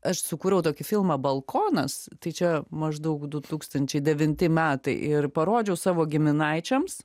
aš sukūriau tokį filmą balkonas tai čia maždaug du tūkstančiai devinti metai ir parodžiau savo giminaičiams